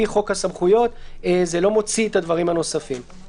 לפי סעיף 7(א)(3); יש לנו פה איזשהו שינוי בנוסח של (2),